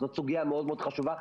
זאת סוגיה מאוד מאוד חשובה,